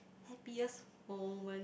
happiest moment